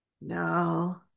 No